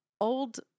old